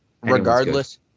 regardless